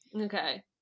Okay